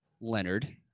Leonard